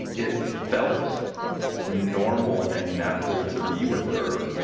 it felt normal and natural to be with her.